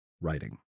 writing